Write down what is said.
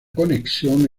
conexión